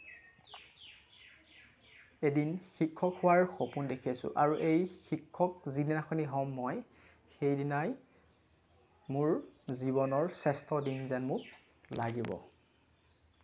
এদিন শিক্ষক হোৱাৰ সপোন দেখি আছোঁ আৰু এই শিক্ষক যিদিনাখনি হ'ম মই সেইদিনাই মোৰ জীৱনৰ শ্ৰেষ্ঠ দিন যেন লাগিব